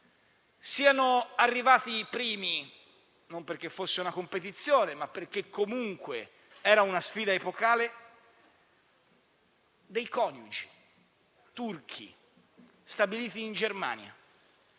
siano arrivati primi - non perché fosse una competizione, ma perché comunque era una sfida epocale - dei coniugi turchi stabiliti in Germania: